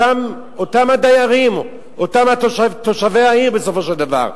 אותם הדיירים, אותם תושבי העיר, בסופו של דבר.